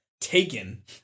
Taken